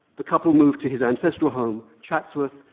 the couple moved to his ancestral home, chatsworth,